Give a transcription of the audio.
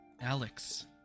Alex